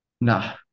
No